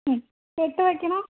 ഉം കെട്ട് വയ്ക്കണോ